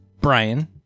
Brian